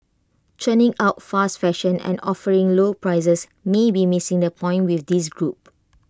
churning out fast fashion and offering lower prices may be missing the point with this group